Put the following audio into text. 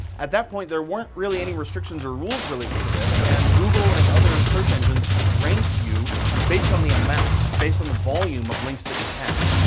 at that point, there weren't really any restrictions or rules related to this, and google and other search engines ranked you based on the amount, based on the volume of links that you had.